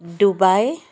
Dubai